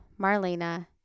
Marlena